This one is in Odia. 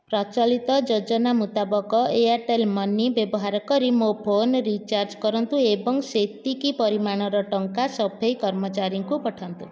ପ୍ରଚଳିତ ଯୋଜନା ମୁତାବକ ଏୟାର୍ଟେଲ୍ ମନି ବ୍ୟବହାର କରି ମୋ ଫୋନ୍ ରିଚାର୍ଜ କରନ୍ତୁ ଏବଂ ସେତିକି ପରିମାଣର ଟଙ୍କା ସଫେଇ କର୍ମଚାରୀଙ୍କୁ ପଠାନ୍ତୁ